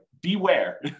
beware